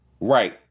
Right